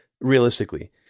realistically